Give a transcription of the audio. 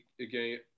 again